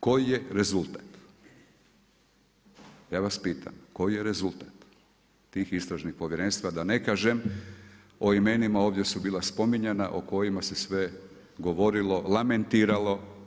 Koji je rezultat, ja vas pitam, koji je rezultat tih istražnih povjerenstva da ne kažem o imenima ovdje su bila spominjana o kojima se sve govorilo, lamentiralo.